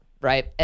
right